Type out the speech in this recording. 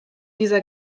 dieser